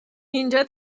اینجا